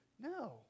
No